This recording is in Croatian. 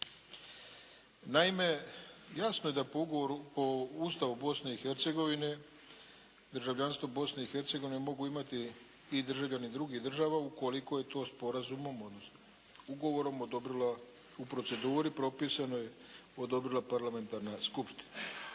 Naime, jasno je da po Ustavu Bosne i Hercegovine državljanstvo Bosne i Hercegovine mogu imati i državljani drugih država ukoliko je to sporazumom, odnosno ugovorom odobrila u proceduri propisanoj, odobrila parlamentarna skupština.